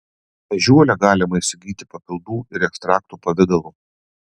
ežiuolę galima įsigyti papildų ir ekstraktų pavidalu